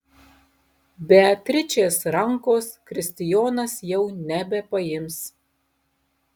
beatričės rankos kristijonas jau nebepaims